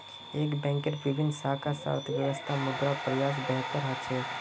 एक बैंकेर विभिन्न शाखा स अर्थव्यवस्थात मुद्रार प्रसार बेहतर ह छेक